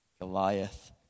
Goliath